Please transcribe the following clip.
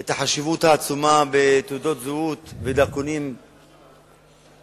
את החשיבות העצומה בתעודות זהות ודרכונים חכמים,